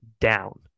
down